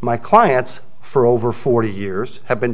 my clients for over forty years have been